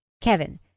Kevin